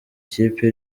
ikipe